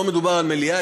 לא מדובר על מליאה,